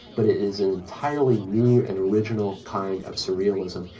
but it is an entirely new and original kind of surrealism.